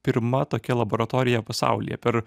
pirma tokia laboratorija pasaulyje per